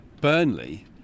Burnley